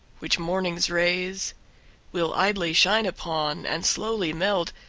which morning's rays will idly shine upon and slowly melt,